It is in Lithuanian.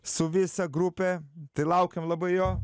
su visa grupe tai laukiam labai jo